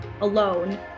alone